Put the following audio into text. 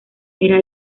era